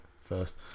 first